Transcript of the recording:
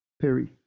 Perry